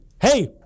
Hey